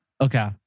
Okay